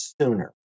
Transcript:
sooner